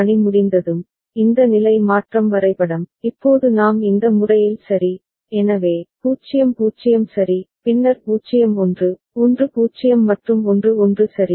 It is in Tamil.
பணி முடிந்ததும் இந்த நிலை மாற்றம் வரைபடம் இப்போது நாம் இந்த முறையில் சரி எனவே 0 0 சரி பின்னர் 0 1 1 0 மற்றும் 1 1 சரி